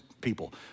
people